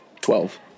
Twelve